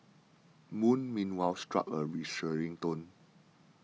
moon meanwhile struck a reassuring tone